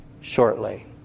shortly